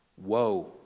Woe